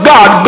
God